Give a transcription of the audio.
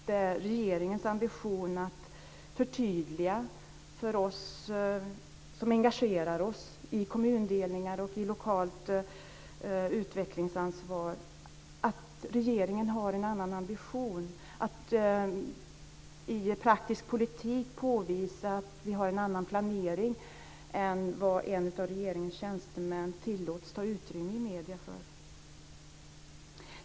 Var finns regeringens ambition att i praktisk politik påvisa för oss som engagerar oss i kommundelningar och i lokalt utvecklingsansvar att det finns en annan planering än den som en av regeringens tjänstemän tillåts ta upp utrymme i medierna för?